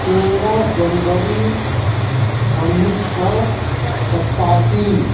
تیرہ جنوری اُنیس سو ستاسی